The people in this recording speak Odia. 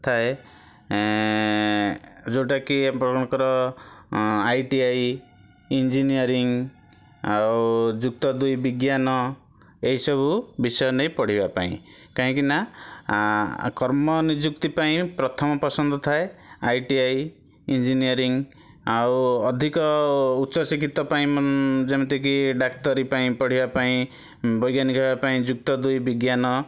ଥାଏ ଯେଉଁଟାକି ଆପଣଙ୍କର ଆଇ ଟି ଆଇ ଇଂଜିନିୟରିଂ ଆଉ ଯୁକ୍ତ ଦୁଇ ବିଜ୍ଞାନ ଏହି ସବୁ ବିଷୟ ନେଇ ପଢ଼ିବା ପାଇଁ କାହିଁକି ନା ଆ କର୍ମ ନିଯୁକ୍ତି ପାଇଁ ପ୍ରଥମ ପସନ୍ଦ ଥାଏ ଆଇ ଟି ଆଇ ଇଂଜିନିୟରିଂ ଆଉ ଅଧିକ ଉଚ୍ଚ ଶିକ୍ଷିତ ପାଇଁ ଯେମିତିକି ଡ଼ାକ୍ତରୀ ପାଇଁ ପଢ଼ିବା ପାଇଁ ବୈଜ୍ଞାନିକ ହବ ପାଇଁ ଯୁକ୍ତ ଦୁଇ ବିଜ୍ଞାନ